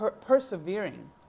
persevering